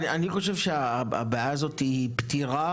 אני חושב שהבעיה הזאת היא פתירה,